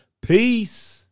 Peace